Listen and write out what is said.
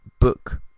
book